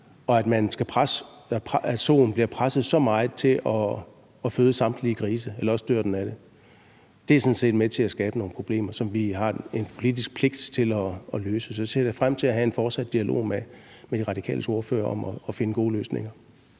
og at soen bliver presset til at føde så mange grise eller også dør af det, er sådan set med til at skabe nogle problemer, som vi har en politisk pligt til at løse. Så jeg ser frem til at have en fortsat dialog med Radikales ordfører om at finde gode løsninger.